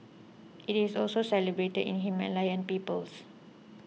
it is also celebrated in Himalayan peoples